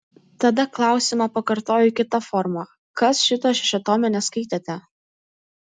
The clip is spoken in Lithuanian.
tada klausimą pakartoju kita forma kas šito šešiatomio neskaitėte